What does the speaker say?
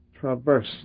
traverse